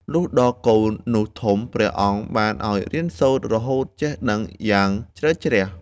លុះដល់កូននោះធំ ព្រះអង្គបានឱ្យរៀនសូត្ររហូតចេះដឹងយ៉ាងជ្រៅជ្រះ។